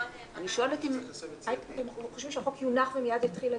אתם חושבים שהחוק יונח ומיד יתחיל הדיון?